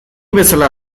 bezala